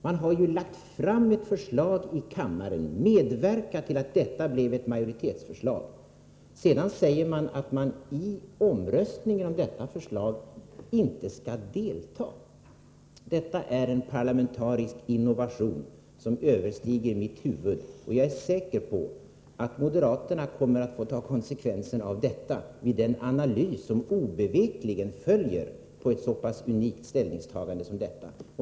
Man har ju lagt fram ett förslag för kammaren, medverkat till att detta blivit ett majoritetsförslag, men sedan säger man att man i omröstningen om detta förslag inte skall delta. Det är en parlamentarisk innovation som överstiger mitt huvud. Jag är säker på att moderaterna kommer att få ta konsekvenserna av detta vid den analys som obevekligen följer på ett så pass unikt ställningstagande som detta.